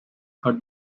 her